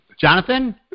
Jonathan